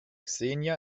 xenia